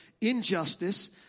injustice